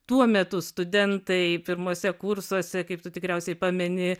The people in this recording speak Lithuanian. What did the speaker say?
tuo metu studentai pirmuose kursuose kaip tu tikriausiai pameni